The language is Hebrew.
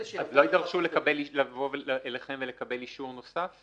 אז הם לא יידרשו לבוא אליכם ולקבל אישור נוסף?